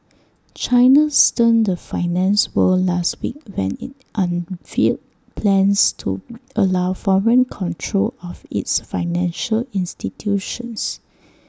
China stunned the finance world last week when IT unveiled plans to allow foreign control of its financial institutions